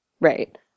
Right